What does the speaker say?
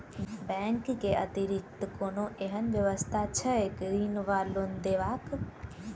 Bank केँ अतिरिक्त कोनो एहन व्यवस्था छैक ऋण वा लोनदेवाक?